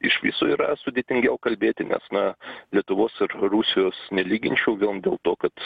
iš viso yra sudėtingiau kalbėti nes na lietuvos ir rusijos nelyginčiau vien dėl to kad